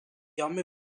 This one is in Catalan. home